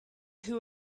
who